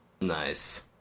Nice